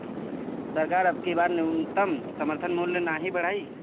सरकार अबकी बार न्यूनतम समर्थन मूल्य नाही बढ़ाई